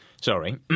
Sorry